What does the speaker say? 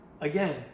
again